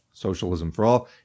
socialismforall